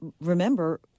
remember